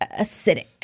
acidic